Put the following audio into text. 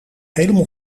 helemaal